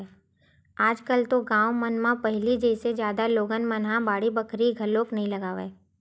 आज कल तो गाँव मन म पहिली जइसे जादा लोगन मन ह बाड़ी बखरी घलोक नइ लगावय